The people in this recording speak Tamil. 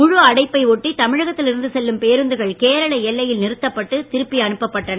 முழு அடைப்பை ஒட்டி தமிழகத்தில் இருந்து செல்லும் பேருந்துகள் கேரள எல்லையில் நிறுத்தப்பட்டு திரும்ப அனுப்பப்பட்டன